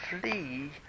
flee